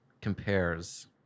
compares